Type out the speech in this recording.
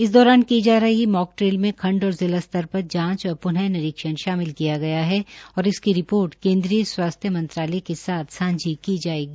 इस दौरान की जा रही मौक ड्रिल में खंड और जिला स्तर र जांच और पुनः निरीक्षण शामिल किया गया है और इसकी रि ोर्ट केन्द्रीय स्वास्थ्य मंत्रालय के साथ सांझी की जायेगी